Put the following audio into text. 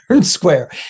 square